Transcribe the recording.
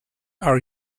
our